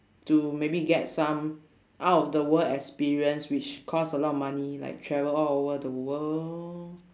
to maybe get some out of the world experience which cost a lot of money like travel all over the world